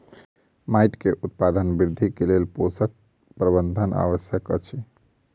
माइट के उत्पादन वृद्धिक लेल पोषक प्रबंधन आवश्यक अछि